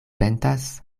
pentas